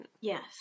Yes